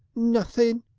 nothing!